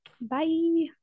bye